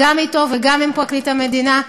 גם אתו וגם עם פרקליט המדינה.